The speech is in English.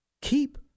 keep